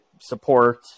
support